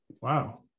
Wow